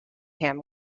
him